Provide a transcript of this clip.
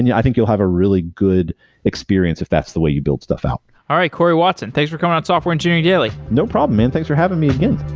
yeah i think you'll have a really good experience if that's the way you build stuff out all right, cory watson thanks for coming on software engineering daily no problem, man. thanks for having me again